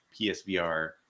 PSVR